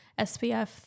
SPF